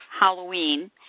Halloween